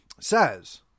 says